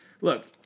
look